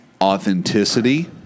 authenticity